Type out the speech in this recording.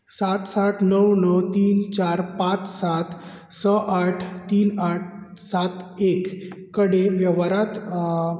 सात सात णव णव तीन चार पांच सात स आठ तीन आठ सात एक कडेन वेव्हारांत घुसपल्ली अयंशीं रुपयांची रक्कम परत करुर वैश्य बँक त केन्ना मेळटली